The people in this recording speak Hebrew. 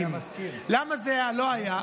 למה זה לא היה.